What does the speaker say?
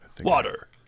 Water